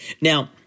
Now